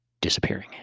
disappearing